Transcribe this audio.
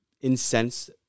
incense